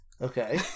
Okay